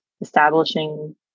establishing